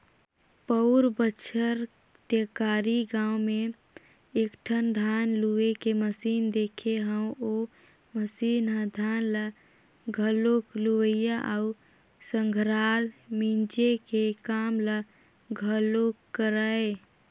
पउर बच्छर टेकारी गाँव में एकठन धान लूए के मसीन देखे हंव ओ मसीन ह धान ल घलोक लुवय अउ संघरा मिंजे के काम ल घलोक करय